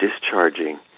discharging